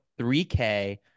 3k